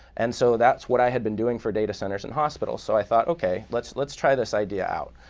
and so that's what i had been doing for data centers and hospitals, so i thought, ok, let's let's try this idea out.